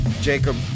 Jacob